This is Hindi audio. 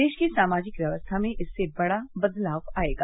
देश की सामाजिक व्यवस्था में इससे बड़ा बदलाव आएगा